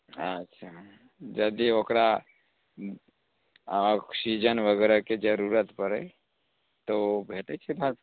अच्छा जदी ओकरा ऑक्सीजन वगैरह के जरूरत पड़ै तऽ ओ भेटै छै भार